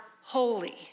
holy